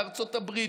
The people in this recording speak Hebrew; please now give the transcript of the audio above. לארצות הברית,